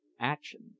Action